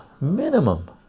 minimum